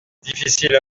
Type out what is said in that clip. difficiles